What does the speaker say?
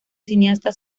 cineasta